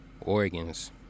Oregon's